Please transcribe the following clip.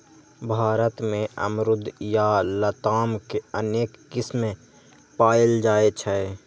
भारत मे अमरूद या लताम के अनेक किस्म पाएल जाइ छै